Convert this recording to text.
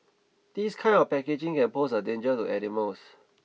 this kind of packaging can pose a danger to animals